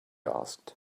asked